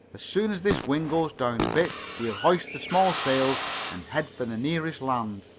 as soon as this wind goes down a bit we'll hoist the small sails and head for the nearest land.